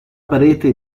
parete